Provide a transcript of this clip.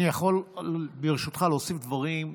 אני יכול ברשותך להוסיף דברים.